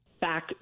back